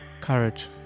Courage